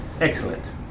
Excellent